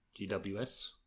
GWS